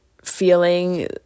feeling